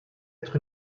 être